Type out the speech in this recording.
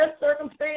circumstance